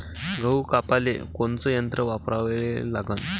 गहू कापाले कोनचं यंत्र वापराले लागन?